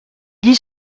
dit